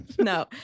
No